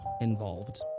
involved